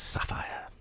Sapphire